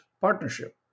Partnership